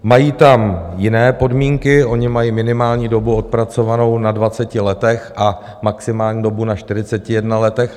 Mají tam jiné podmínky, oni mají minimální dobu odpracovanou na 20 letech a maximální dobu na 41 letech.